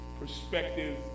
perspective